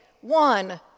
one